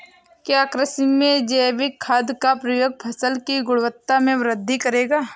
क्या कृषि में जैविक खाद का प्रयोग फसल की गुणवत्ता में वृद्धि करेगा?